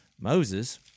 Moses